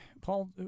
Paul